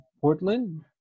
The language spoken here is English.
Portland